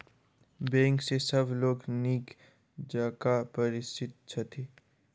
bank सॅ सभ लोक नीक जकाँ परिचित छथि